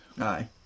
Aye